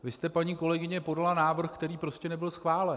Vy jste, paní kolegyně, podala návrh, který prostě nebyl schválen.